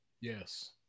Yes